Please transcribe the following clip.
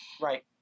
Right